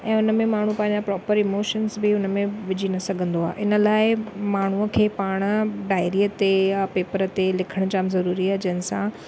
ऐं हुन में माण्हू पंहिंजा प्रोपर इमोशन्स बि हुन में विझी न सघंदो आहे इन लाइ माण्हूअ खे पाण डायरीअ ते या पेपर ते लिखण जाम ज़रूरी आहे जंहिंसां